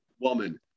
woman